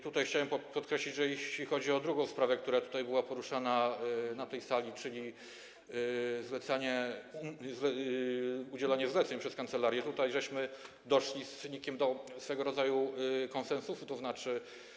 Tu chciałbym podkreślić, że jeśli chodzi o drugą sprawę, która tutaj była poruszana na tej sali, czyli kwestię udzielania zleceń przez kancelarię, doszliśmy z NIK do swego rodzaju konsensusu, tzn.